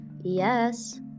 Yes